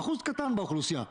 אחוז קטן באוכלוסייה,